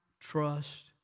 trust